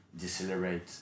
decelerate